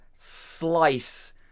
slice